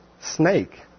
snake